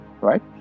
right